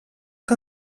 que